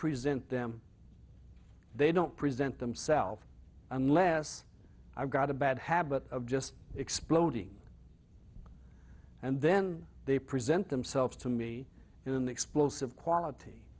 present them they don't present themselves unless i've got a bad habit of just exploding and then they present themselves to me in the explosive quality